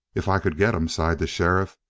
if i could get him, sighed the sheriff.